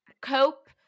cope